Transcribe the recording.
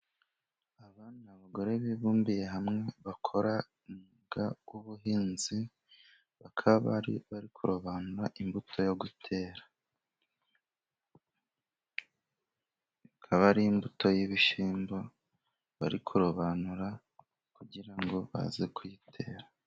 Inzu y'ubucuruzi bacururizamo ibicuruzwa bitandukanye , harimo amasafuriya mande y'isafuriya, hari akadobo gasa n'ubururu hirya hari amabase afite amabara atandukanye. kamo asa n'ubururu wagana asa n'icyahane asa n'umutuku. Hirya hakaba hari ibikapu, hejuru hakaba hari imyenda.